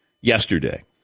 yesterday